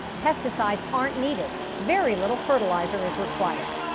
pesticides aren't needed. very little fertilizer is required.